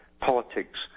Politics